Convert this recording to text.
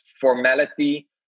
formality